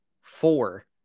four